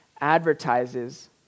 advertises